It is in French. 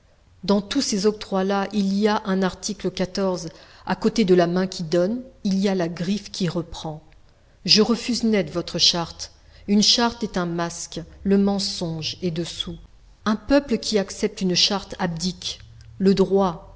dans tous ces octrois là il y a un article à côté de la main qui donne il y a la griffe qui reprend je refuse net votre charte une charte est un masque le mensonge est dessous un peuple qui accepte une charte abdique le droit